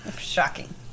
Shocking